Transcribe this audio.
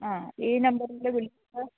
ആ ഈ നമ്പരിൽ വിളിച്ച്